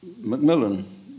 Macmillan